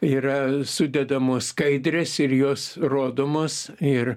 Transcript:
yra sudedamos skaidrės ir jos rodomos ir